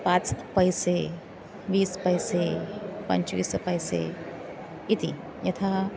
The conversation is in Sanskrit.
पास् पैसे वीस् पैसे पञ्चविसपैसे इति यथा